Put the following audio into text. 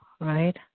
right